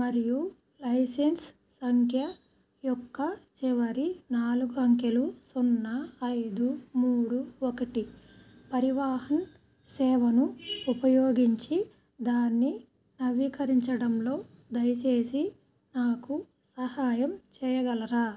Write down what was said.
మరియు లైసెన్స్ సంఖ్య యొక్క చివరి నాలుగు అంకెలు సున్నా ఐదు మూడు ఒకటి పరివాహన్ సేవను ఉపయోగించి దాన్ని నవీకరించడంలో దయచేసి నాకు సహాయం చేయగలరా